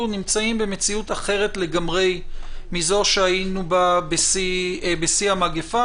אנחנו נמצאים במציאות אחרת לגמרי מזו שהיינו בה בשיא המגפה,